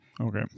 Okay